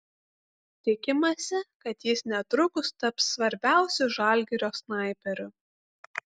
tikimasi kad jis netrukus taps svarbiausiu žalgirio snaiperiu